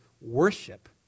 worship